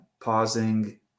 pausing